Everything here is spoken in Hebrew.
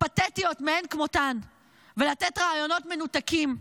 פתטיות מאין כמותן ולתת ראיונות מנותקים,